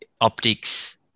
optics